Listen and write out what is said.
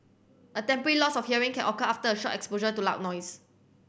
a temporary loss of hearing can occur after a short exposure to loud noise